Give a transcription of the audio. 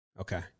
Okay